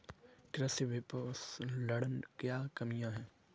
कृषि विपणन की क्या कमियाँ हैं?